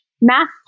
math